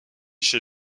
chez